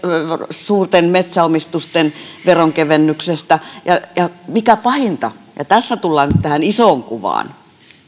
suurten metsäomistusten veronkevennyksestä mikä pahinta ja tässä tullaankin nyt tähän isoon kuvaan